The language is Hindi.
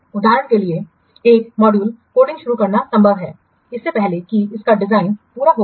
उदाहरण के लिए एक मॉड्यूल कोडिंग शुरू करना संभव है इससे पहले कि इसका डिज़ाइन पूरा हो गया हो